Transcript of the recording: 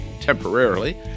temporarily